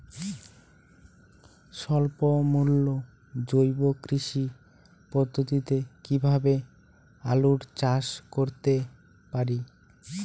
স্বল্প মূল্যে জৈব কৃষি পদ্ধতিতে কীভাবে আলুর চাষ করতে পারি?